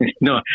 No